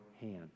hand